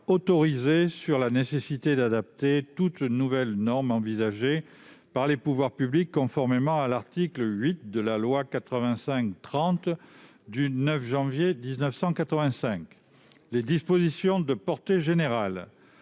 autorisé sur la nécessité d'adapter toute nouvelle norme envisagée par les pouvoirs publics, conformément à l'article 8 de la loi n° 85-30 du 9 janvier 1985 :« Les dispositions de portée générale